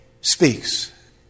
speaks